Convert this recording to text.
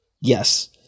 Yes